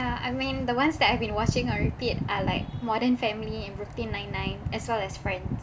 I mean the ones that I've been watching on repeat are like modern family and brooklyn nine nine as well as friends